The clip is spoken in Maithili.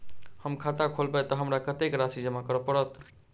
हम खाता खोलेबै तऽ हमरा कत्तेक राशि जमा करऽ पड़त?